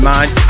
Mind